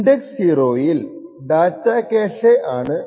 index 0 ൽ data cache ആണ്